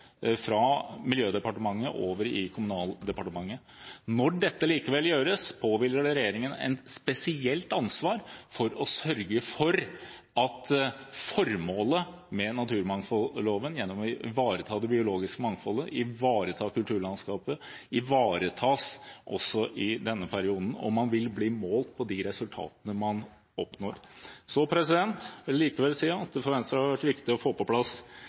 fra Miljødepartementet over til Kommunaldepartementet. Når dette likevel gjøres, påhviler det regjeringen et spesielt ansvar for å sørge for at formålet med naturmangfoldloven – gjennom å ivareta det biologiske mangfoldet, ivareta kulturlandskapet – ivaretas også i denne perioden. Og man vil bli målt på de resultatene man oppnår. Jeg vil likevel si at det for Venstre har vært viktig å få på plass